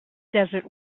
desert